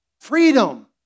Freedom